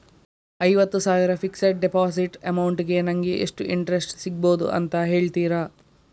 ಐವತ್ತು ಸಾವಿರ fixed deposit amount ಗೆ ನಂಗೆ ಎಷ್ಟು ಇಂಟ್ರೆಸ್ಟ್ ಸಿಗ್ಬಹುದು ಅಂತ ಹೇಳ್ತೀರಾ?